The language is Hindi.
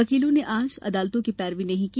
वकीलों ने आज अदालतों में पैरवी नहीं की